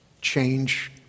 change